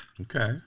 Okay